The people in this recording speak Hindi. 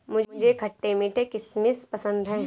मुझे खट्टे मीठे किशमिश पसंद हैं